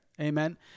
Amen